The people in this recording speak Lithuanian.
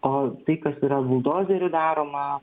o tai kas yra buldozeriu daroma